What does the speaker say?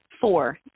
four